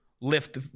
lift